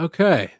Okay